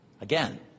Again